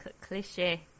cliche